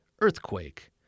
earthquake